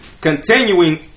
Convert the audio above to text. continuing